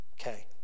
Okay